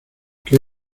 que